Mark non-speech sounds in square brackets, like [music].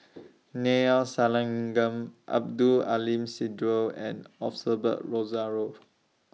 [noise] Neila Sathyalingam Abdul Aleem Siddique and Osbert Rozario